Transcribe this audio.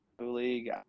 league